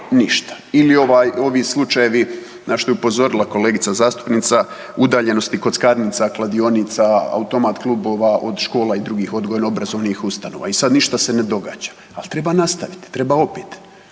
ovi slučajevi na što je upozorila kolegica zastupnica udaljenosti kockarnica, kladionica, automat klubova od škola i drugih odgojno obrazovnih ustanova. I sad ništa se ne događa, ali treba nastaviti, treba opet.